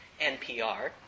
NPR